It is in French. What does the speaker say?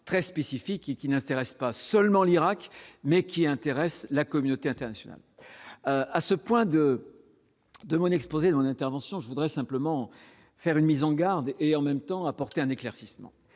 très spécifique qui n'intéresse pas seulement l'Irak mais qui intéressent la communauté internationale à ce point de de mon exposé dans l'intervention, je voudrais simplement faire une mise en garde et en même temps apporter un éclaircissement